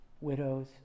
widows